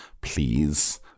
Please